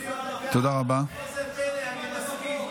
איזה פלא, אני מסכים.